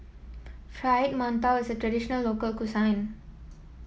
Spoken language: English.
Fried Mantou is a traditional local